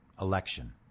election